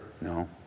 No